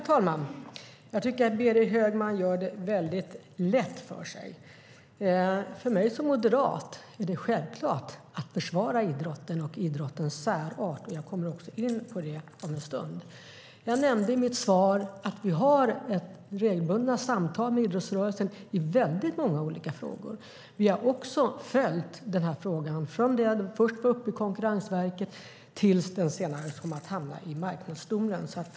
Fru talman! Jag tycker att Berit Högman gör det mycket lätt för sig. För mig som moderat är det självklart att försvara idrotten och idrottens särart, och jag kommer också in på det om en stund. Jag nämnde i mitt svar att vi har regelbundna samtal med idrottsrörelsen i många olika frågor. Vi har också följt denna fråga från det att den först togs upp i Konkurrensverket tills den senare kom att hamna i Marknadsdomstolen.